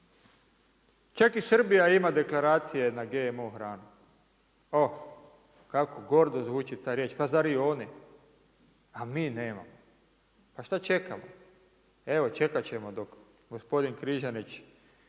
Čak i Srbija ima deklaracije na GMO hranu. Oh kako gordo zvuči ta riječ, pa zar i oni. A mi nemamo. Pa šta čekamo. Evo čekati ćemo dok gospodin Križanić